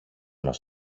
μας